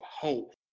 hope